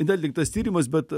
neatliktas tyrimas bet